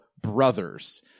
Brothers